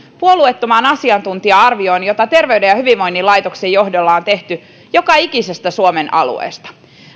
puolueettomaan asiantuntija arvioon joka terveyden ja hyvinvoinnin laitoksen johdolla on tehty joka ikisestä suomen alueesta